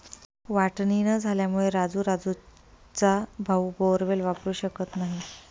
वाटणी न झाल्यामुळे राजू राजूचा भाऊ बोअरवेल वापरू शकत नाही